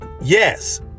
Yes